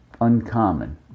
uncommon